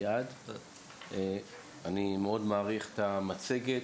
אני מעריך מאוד את המצגת,